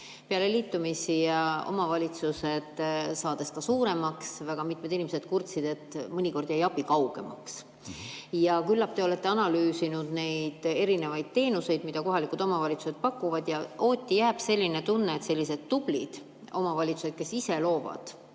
Peale liitumisi said omavalitsused suuremaks, aga väga mitmed inimesed kurtsid, et mõnikord jääb abi kaugemaks. Küllap te olete analüüsinud teenuseid, mida kohalikud omavalitsused pakuvad. Hooti jääb selline tunne, et sellised tublid omavalitsused, kes ise loovad